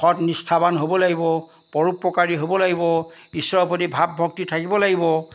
সৎ নিষ্ঠাবান হ'ব লাগিব পৰোপকাৰী হ'ব লাগিব ঈশ্বৰৰ প্ৰতি ভাৱ ভক্তি থাকিব লাগিব